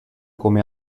come